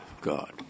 God